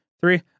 three